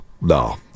no